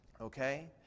Okay